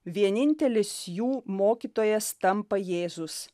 vienintelis jų mokytojas tampa jėzus